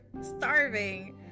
starving